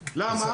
למה?